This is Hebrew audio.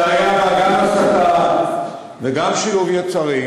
שהיו בה גם הסתה וגם שלהוב יצרים,